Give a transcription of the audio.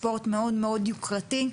ספורט מאוד מאוד יוקרתי.